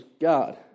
God